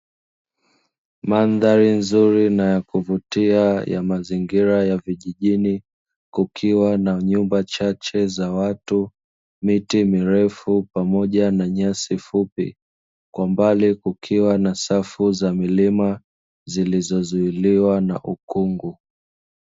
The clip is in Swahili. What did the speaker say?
Mandhari nzuri inayovutia ya mazingira ya vijijini kukiwa na nyumba chache za watu, miti mirefu pamoja na nyasi fupi. Kwa mbali kukiwa na safu za milima zilizozuiliwa na ukungu.